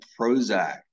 Prozac